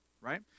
right